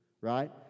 right